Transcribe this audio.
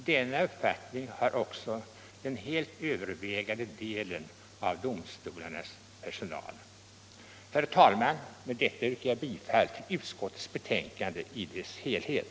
Denna uppfattning har också den helt övervägande delen av domstolarnas personal. Herr talman! Med detta yrkar jag bifall till utskottets hemställan i dess helhet.